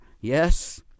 yes